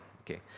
Okay